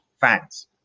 fans